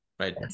right